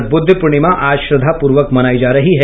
और बुद्ध पूर्णिमा आज श्रद्धापूर्वक मनायी जा रही है